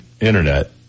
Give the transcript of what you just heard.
Internet